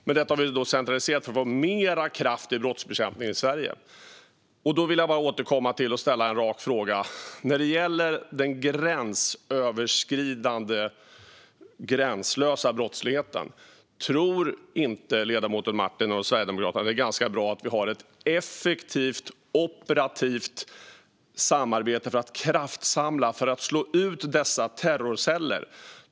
Men det har vi centraliserat för att få mer kraft i brottsbekämpningen i Sverige. Jag vill återkomma till och ställa en rak fråga om den gränsöverskridande, gränslösa, brottsligheten. Tror inte ledamoten Marttinen och Sverigedemokraterna att det är ganska bra att vi har ett effektivt, operativt samarbete för att kraftsamla och slå ut dessa terrorceller?